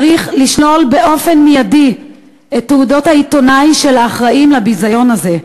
צריך לשלול באופן מיידי את תעודות העיתונאי של האחראים לביזיון הזה.